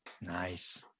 Nice